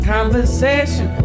Conversation